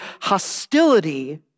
hostility